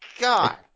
God